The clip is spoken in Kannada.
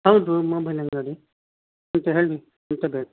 ಹೌದು ಮೊಬೈಲ್ ಅಂಗಡಿ ಎಂತ ಹೇಳಿ ಎಂತ ಬೇಕು